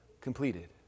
completed